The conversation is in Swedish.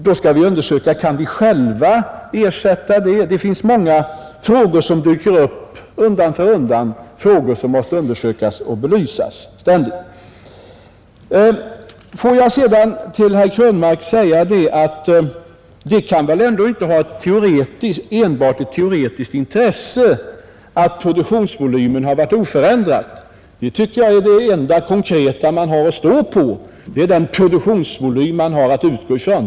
Då måste vi undersöka om vi själva kan ersätta dessa produkter. Det är många frågor som dyker upp undan för undan, frågor som ständigt måste undersökas och belysas. Får jag sedan till herr Krönmark säga att det kan väl inte vara enbart av teoretiskt intresse att produktionsvolymen har varit oförändrad. Jag tycker det enda konkreta man har att stå på är den produktionsvolym man har att utgå ifrån.